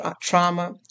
trauma